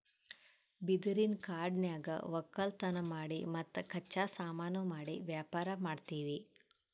ಬಿದಿರಿನ್ ಕಾಡನ್ಯಾಗ್ ವಕ್ಕಲತನ್ ಮಾಡಿ ಮತ್ತ್ ಕಚ್ಚಾ ಸಾಮಾನು ಮಾಡಿ ವ್ಯಾಪಾರ್ ಮಾಡ್ತೀವಿ